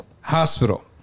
hospital